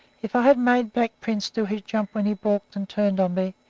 if i had made black prince do his jump when he balked and turned on me,